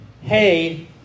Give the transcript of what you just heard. hey